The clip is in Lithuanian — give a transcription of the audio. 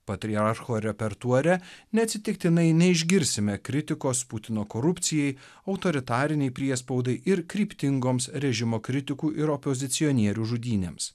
patriarcho repertuare neatsitiktinai neišgirsime kritikos putino korupcijai autoritarinei priespaudai ir kryptingoms režimo kritikų ir opozicionierių žudynėms